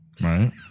Right